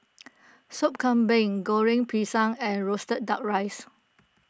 Sop Kambing Goreng Pisang and Roasted Duck Rice